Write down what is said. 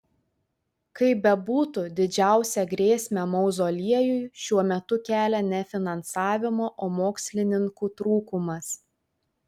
kaip bebūtų didžiausią grėsmę mauzoliejui šiuo metu kelia ne finansavimo o mokslininkų trūkumas